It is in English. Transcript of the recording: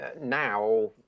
Now